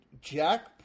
Jack